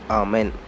amen